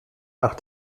nach